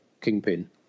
Kingpin